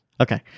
Okay